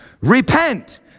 repent